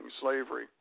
slavery